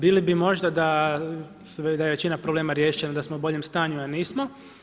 Bili bi možda da je većina problema riješena, da smo u boljem stanju a nismo.